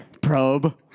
Probe